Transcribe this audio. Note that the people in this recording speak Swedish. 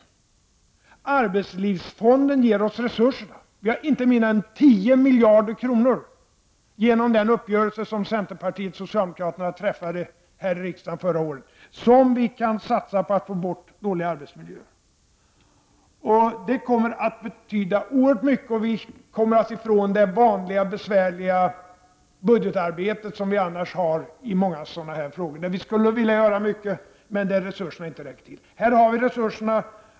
Arbetslivsfonden ger oss resurserna. Vi får inte mindre än 10 miljarder kronor genom den uppgörelse som centern och socialdemokraterna träffade här i riksdagen förra året, som vi kan satsa på att få bort dåliga arbetsmiljöer. Det kommer att betyda oerhört mycket. Vi kommer alltså ifrån det vanliga besvärliga budgetarbetet, som vi annars har i många sådana frågor där vi skulle vilja göra mycket men där resurserna inte räcker till. Här har vi resurserna.